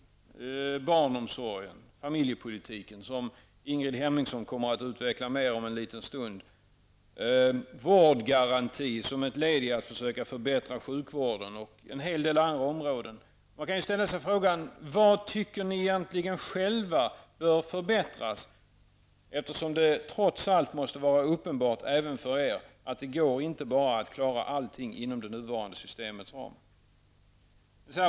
Det gällde barnomsorgen och familjepolitiken, som Ingrid Hemmingsson kommer att utveckla mer om en liten stund, vårdgaranti och en hel del andra områden. Man kan ställa sig frågan: Vad tycker egentligen socialdemokraterna själva bör förbättras? Det måste trots allt vara uppenbart även för er att det inte går att klara av allting inom det nuvarande systemets ram.